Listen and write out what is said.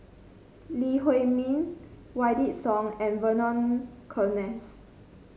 Lee Huei Min Wykidd Song and Vernon Cornelius